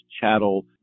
chattel